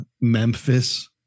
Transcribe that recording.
Memphis